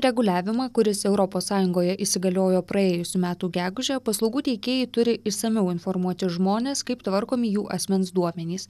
reguliavimą kuris europos sąjungoje įsigaliojo praėjusių metų gegužę paslaugų teikėjai turi išsamiau informuoti žmones kaip tvarkomi jų asmens duomenys